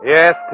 Yes